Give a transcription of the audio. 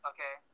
Okay